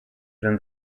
than